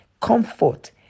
comfort